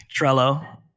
Trello